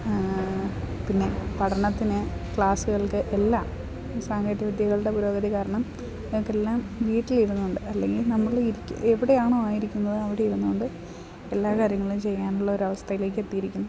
പിന്നെ പഠനത്തിന് ക്ലാസ്സുകൾക്ക് എല്ലാം സാങ്കേതിക വിദ്യകളുടെ പുരോഗതി കാരണം നമുക്കെല്ലാം വീട്ടിലിരുന്നു കൊണ്ട് അല്ലെങ്കിൽ നമ്മൾ ഇരിക്കുന്ന എവിടെയാണോ ആയിരിക്കുന്നത് അവിടെ ഇരുന്നുകൊണ്ട് എല്ലാ കാര്യങ്ങളും ചെയ്യാനുള്ളൊരവസ്ഥയിലേക്കെത്തിയിരിക്കുന്നു